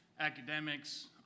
academics